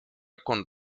con